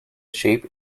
shape